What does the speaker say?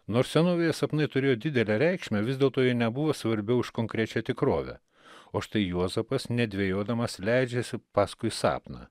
nors senovėje sapnai turėjo didelę reikšmę vis dėlto jie nebuvo svarbiau už konkrečią tikrovę o štai juozapas nedvejodamas leidžiasi paskui sapną